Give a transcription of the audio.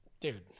Dude